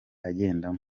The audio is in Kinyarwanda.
agendamo